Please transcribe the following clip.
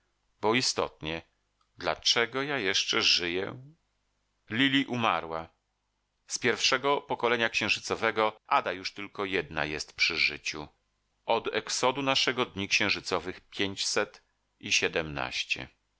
bo istotnie dlaczego ja jeszcze żyję lili umarła z pierwszego pokolenia księżycowego ada już tylko jedna jest przy życiu od exodu naszego dni księżycowych pięćset i siedemnaście